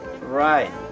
Right